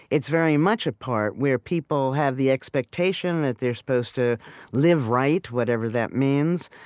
it's very much a part, where people have the expectation that they're supposed to live right, whatever that means.